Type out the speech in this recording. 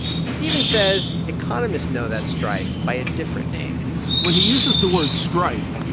but steven says economists know that strife by a different name when he uses the word strife,